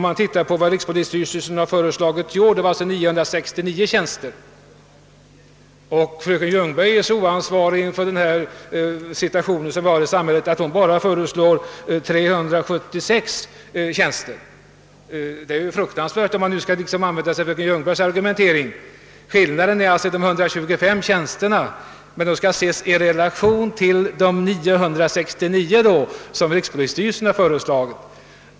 Men rikspolisstyrelsen har i år föreslagit 969 tjänster, och fröken Ljungberg är så oansvarig inför samhällssituationen att hon bara föreslår 376 tjänster. Det är fruktansvärt — för att här använda fröken Ljungbergs egen terminologi. Skillnaden mellan reservanterna och oss är 125 tjänster. Men det skall sättas i relation till de 969 tjänster som rikspolisstyrelsen föreslagit.